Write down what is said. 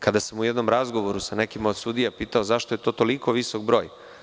Kada sam u jednom razgovoru sa nekima od sudija pitao zašto je to toliko visok broj.